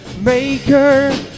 maker